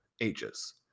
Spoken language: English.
ages